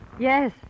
Yes